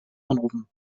anrufen